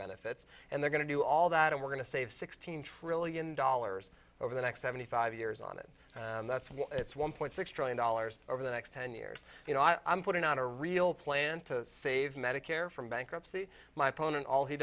benefits and they're going to do all that and we're going to save sixteen trillion dollars over the next seventy five years on it and that's why it's one point six trillion dollars over the next ten years you know i'm putting out a real plan to save medicare from bankruptcy my opponent all he